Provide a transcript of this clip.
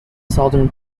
southern